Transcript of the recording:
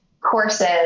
courses